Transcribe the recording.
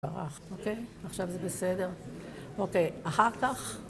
אוקיי, עכשיו זה בסדר? אוקיי, אחר כך.